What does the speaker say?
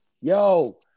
Yo